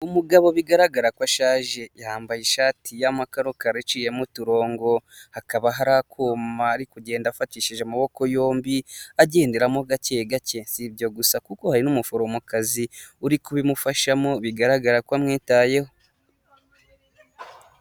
Umugabo bigaragara ko ashaje, yambaye ishati y'amakarokara, iciyemo uturongo, hakaba hari akuma ari kugenda afatishije amaboko yombi agenderamo gake gake, si ibyo gusa kuko hari n'umuforomokazi uri kubimufashamo, bigaragara ko amwitayeho.